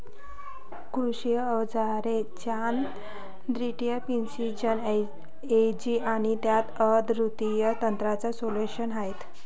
कृषी अवजारे John Deere precision ag आणि त्यात अद्वितीय तंत्रज्ञान सोल्यूशन्स आहेत